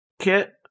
kit